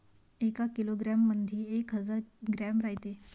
एका किलोग्रॅम मंधी एक हजार ग्रॅम रायते